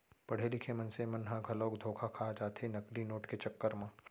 पड़हे लिखे मनसे मन ह घलोक धोखा खा जाथे नकली नोट के चक्कर म